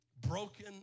Broken